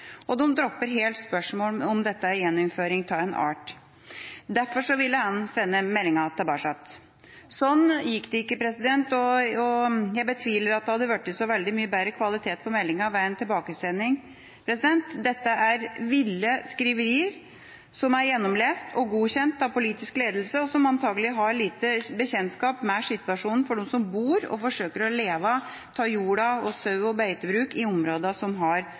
Og de dropper helt spørsmålet om dette er gjeninnføring av en art.» Derfor ville han sende meldinga tilbake. Slik gikk det ikke, og jeg betviler at det hadde blitt så veldig mye bedre kvalitet på meldinga ved en tilbakesending. Dette er ville skriverier, som er gjennomlest og godkjent av politisk ledelse, som antakelig har liten kjennskap til situasjonen for dem som bor og forsøker å leve av jorda og sau og beitebruk i områdene som har